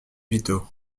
vito